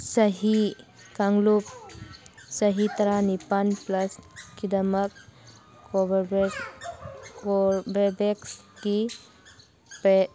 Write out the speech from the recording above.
ꯆꯍꯤ ꯀꯥꯡꯂꯨꯞ ꯆꯍꯤ ꯇꯔꯥꯅꯤꯄꯥꯟ ꯄ꯭ꯂꯁꯀꯤꯗꯃꯛ ꯀꯣꯔꯕꯦꯕꯦꯛꯁꯀꯤ